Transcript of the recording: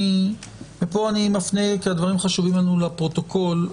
ופה אני מפנה, כי הדברים חשובים לנו לפרוטוקול.